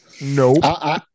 No